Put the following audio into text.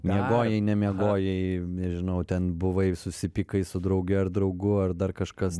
miegojai nemiegojai nežinau ten buvai susipykai su drauge ar draugu ar dar kažkas